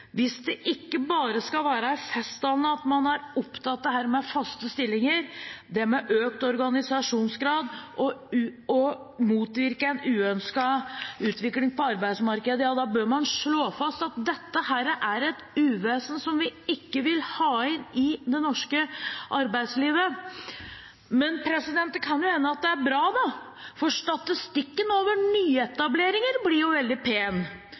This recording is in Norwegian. Hvis det ikke bare skal være i festtaler man er opptatt av faste stillinger og økt organisasjonsgrad og av å motvirke en uønsket utvikling på arbeidsmarkedet, bør man slå fast at dette er et uvesen som vi ikke vil ha inn i det norske arbeidslivet. Men det kan hende det er bra, for statistikken over nyetableringer blir jo veldig pen,